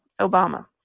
Obama